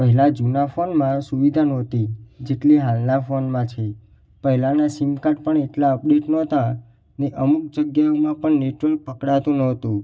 પહેલાં જૂના ફોનમાં સુવિધા નહોતી જેટલી હાલના ફોનમાં છે પહેલાંના સીમ કાર્ડ પણ એટલાં અપડેટ નહોતાં અને અમુક જગ્યાઓમાં પણ નેટવર્ક પકડાતું નહોતું